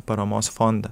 paramos fondą